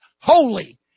holy